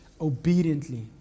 obediently